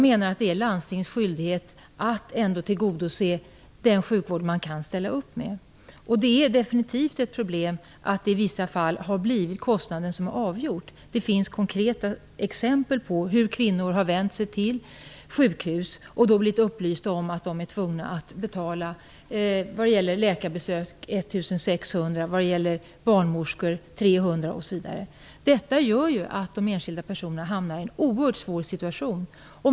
Det är landstingets skyldighet att erbjuda den sjukvård som man kan ställa upp med. Det är definitivt ett problem att det i vissa fall har varit kostnaden som har varit det avgörande. Det finns konkreta exempel på hur kvinnor har vänt sig till sjukhus och blivit upplysta om att de då har varit tvungna att betala 1 600 kronor för ett läkarbesök och Detta medför att de enskilda personerna hamnar i en oerhört svår situation.